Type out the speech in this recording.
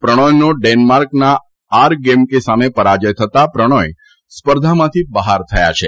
પ્રણોયનો ડેનમાર્કના R Gemke સામે પરાજય થતા પ્રણાય સ્પર્ધામાંથી બહાર થયા છે